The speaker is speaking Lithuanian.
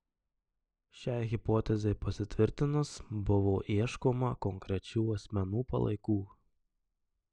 šiai hipotezei pasitvirtinus buvo ieškoma konkrečių asmenų palaikų